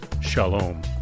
Shalom